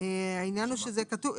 העניין הוא שזה כתוב.